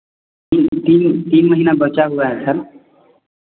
तीन तीन तीन महीना बचा हुआ है सर